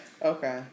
Okay